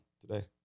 today